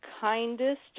kindest